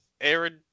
Aaron